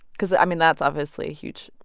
because, i mean, that's obviously huge.